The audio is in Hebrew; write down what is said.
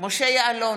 משה יעלון,